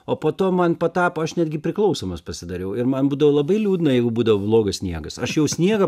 o po to man patapo aš netgi priklausomas pasidariau ir man būdavo labai liūdna jeigu būdavo blogas sniegas aš jau sniegą